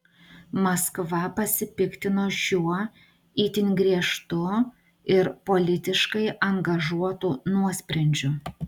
maskva pasipiktino šiuo itin griežtu ir politiškai angažuotu nuosprendžiu